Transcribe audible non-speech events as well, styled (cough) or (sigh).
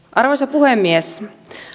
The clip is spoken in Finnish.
(unintelligible) arvoisa puhemies